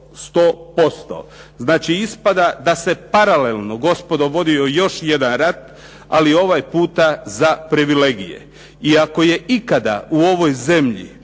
100%. Znači ispada se paralelno gospodo vodio još jedan rat, ali ovaj puta za privilegije. I ako je ikada u ovoj zemlji